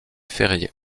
férié